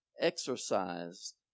exercised